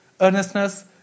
earnestness